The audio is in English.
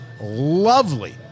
lovely